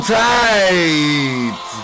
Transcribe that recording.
tight